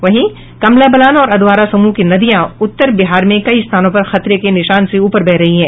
वहीं कमला बलान और अधवारा समूह की नदियां उत्तर बिहार में कई स्थानों पर खतरे के निशान से ऊपर बह रही हैं